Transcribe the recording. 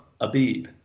Abib